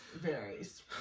varies